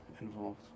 involved